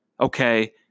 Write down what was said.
Okay